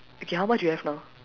okay how much you have now